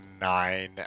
nine